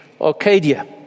Arcadia